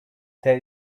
there